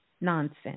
Nonsense